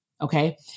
Okay